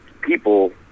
people